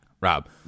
Rob